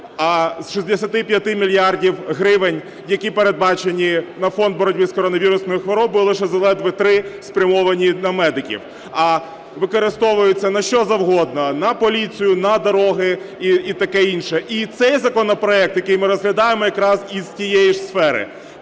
а з 65 мільярдів гривень, які передбачені на фонд боротьби з коронавірусною хворобою лише заледве три спрямовані на медиків, а використовуються на що завгодно: на поліцію, на дороги і таке інше. І цей законопроект, який ми розглядаємо, якраз із тієї ж сфери.